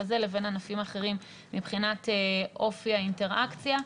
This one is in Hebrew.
הזה לבין ענפים אחרים מבחינת אופי האינטראקציה.